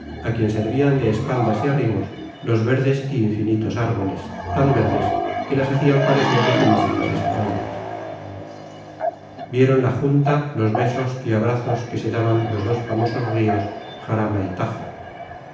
á quien servian de espaldas y arrimos los verdes y infinitos árboles tan verdes que las hacian parecer de finísimas esmeraldas vieron la junta los besos y abrazos que se daban los dos famosos rios jarama y tajo